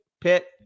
Pitt